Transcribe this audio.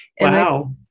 Wow